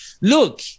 look